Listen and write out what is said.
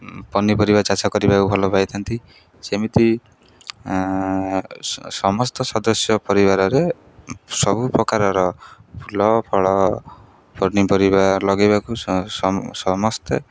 ପନିପରିବା ଚାଷ କରିବାକୁ ଭଲ ପାଇଥାନ୍ତି ସେମିତି ସମସ୍ତ ସଦସ୍ୟ ପରିବାରରେ ସବୁ ପ୍ରକାରର ଫୁଲ ଫଳ ପନିପରିବା ଲଗାଇବାକୁ ସମସ୍ତେ